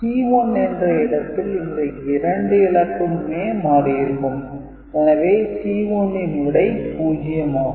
C1 என்ற இடத்தில் இந்த இரண்டு இலக்கமுமே மாறியிருக்கும் எனவே C1 ன் விடை 0 ஆகும்